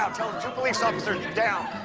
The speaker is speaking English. um tell them two police officers are down.